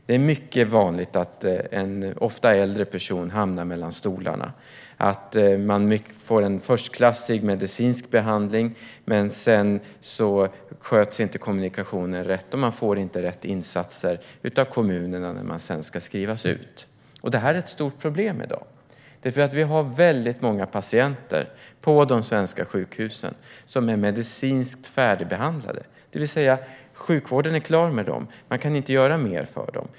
Det är mycket vanligt att personer, ofta äldre, hamnar mellan stolarna. Man får en förstklassig medicinsk behandling, men sedan sköts inte kommunikationen rätt och man får inte rätt insatser av kommunen när man skrivs ut. Detta är ett stort problem i dag, för vi har många patienter på de svenska sjukhusen som är medicinskt färdigbehandlade, det vill säga att sjukvården är klar med dem och inte kan göra mer för dem.